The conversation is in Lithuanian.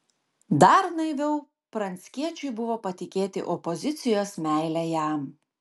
dar naiviau pranckiečiui buvo patikėti opozicijos meile jam